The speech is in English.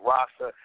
Rasa